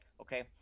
okay